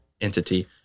entity